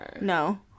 No